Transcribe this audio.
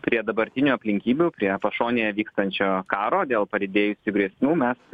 prie dabartinių aplinkybių prie pašonėje vykstančio karo dėl padidėjusių grėsmių mes